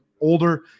Older